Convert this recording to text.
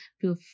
feel